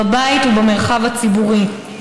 בבית ובמרחב הציבורי.